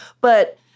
But-